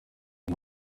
nka